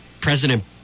President